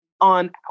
on